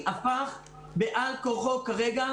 הביטוח הלאומי הפך בעל כורחו כרגע